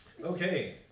Okay